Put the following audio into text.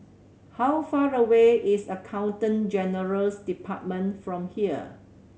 how far away is Accountant General's Department from here